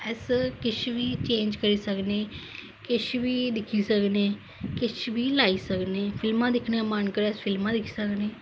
अस किश बी चेंज करी सकने किश बी दिक्खी सकने किश बी लाई सकने फिल्मा दिक्खने दा मन करे अस फिल्मा दिक्खी सकने